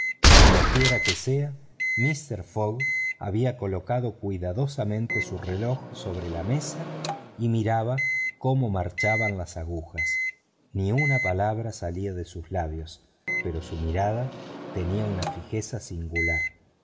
como quiera que sea mister fogg había colocado cuidadosamente su reloj sobre la mesa y miraba cómo marchaban las agujas ni una palabra salía de sus labios pero su mirada tenía una fijeza singular